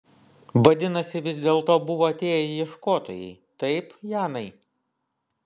vadinasi vis dėlto buvo atėję ieškotojai taip janai